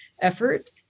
effort